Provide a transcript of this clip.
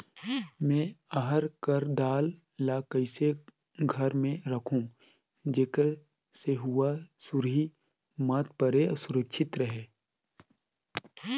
मैं अरहर कर दाल ला कइसे घर मे रखों जेकर से हुंआ सुरही मत परे सुरक्षित रहे?